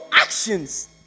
actions